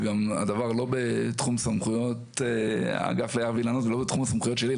וגם הדבר לא בתחום סמכויות האגף ליער ואילנות ולא בתחום הסמכויות שלי,